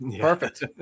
Perfect